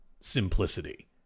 simplicity